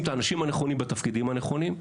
את האנשים הנכונים בתפקידים הנכונים.